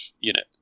unit